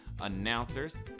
announcers